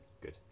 Good